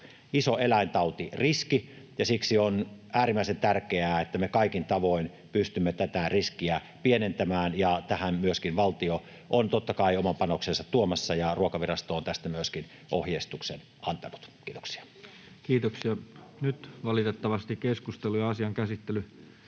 iso eläintautiriski, ja siksi on äärimmäisen tärkeää, että me kaikin tavoin pystymme tätä riskiä pienentämään. Tähän myöskin valtio on totta kai oman panoksensa tuomassa, ja Ruokavirasto on tästä myöskin ohjeistuksen antanut. — Kiitoksia. [Speech 103] Speaker: Toinen